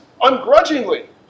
ungrudgingly